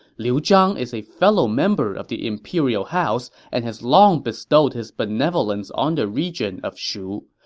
liu zhang is a fellow member of the imperial house and has long bestowed his benevolence on the region of shu.